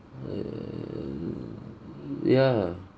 err ya